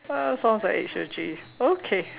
uh sounds like H O G okay